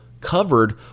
covered